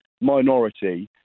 minority